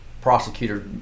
prosecutor